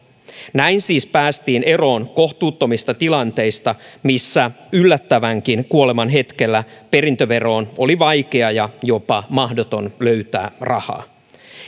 näin siis päästiin eroon kohtuuttomista tilanteista missä yllättävänkin kuoleman hetkellä perintöveroon oli vaikea ja jopa mahdoton löytää rahaa